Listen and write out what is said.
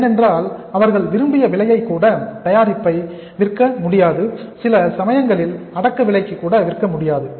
ஏனென்றால் அவர்கள் விரும்பிய விலையில் கூட தயாரிப்பை விற்க முடியாது சில சமயங்களில் அடக்க விலைக்கு கூட விற்க முடியாது